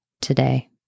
today